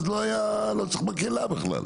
לא היה צריך מקהלה בכלל.